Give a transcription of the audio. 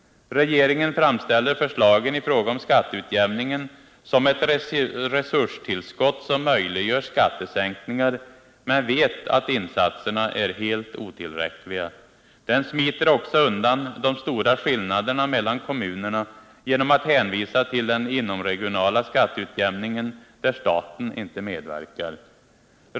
Regeringen framställer förslagen i fråga om skatteutjämningen som ett resurstillskott som möjliggör skattesänkningar men vet att insatserna är helt otillräckliga. Den smiter också undan de stora skillnaderna mellan kommunerna genom att hänvisa till den inomregionala skatteutjämningen, där staten inte medverkar.